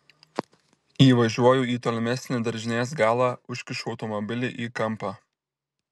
įvažiuoju į tolimesnį daržinės galą užkišu automobilį į kampą